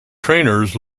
trainers